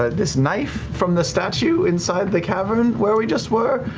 ah this knife from the statue inside the cavern where we just were.